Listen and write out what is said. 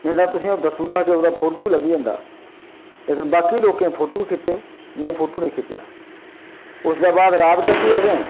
नेईं ते तुसेंगी अ'ऊं दस्सी उड़दा ही कि ओह्दा फोटू बी लब्भी जंदा लेकिन बाकी लोकें फोटू खिच्चे में फोटू नि खिच्चेआ उस दे बाद रात कट्टी असें